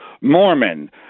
Mormon